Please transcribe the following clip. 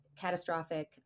catastrophic